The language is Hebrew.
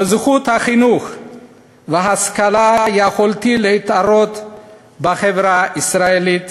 בזכות החינוך וההשכלה יכולתי להתערות בחברה הישראלית,